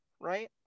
right